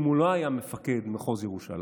אם הוא לא היה מפקד מחוז ירושלים,